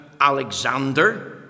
Alexander